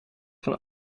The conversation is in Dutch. van